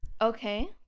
okay